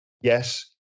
Yes